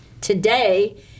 today